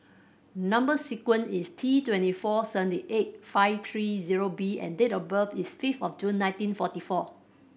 number sequence is T twenty four seventy eight five three zero B and date of birth is five of June nineteen forty four